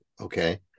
okay